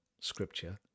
scripture